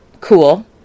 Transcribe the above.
cool